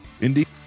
Indeed